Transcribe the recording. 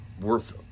worth